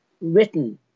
written